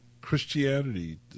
Christianity